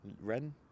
Ren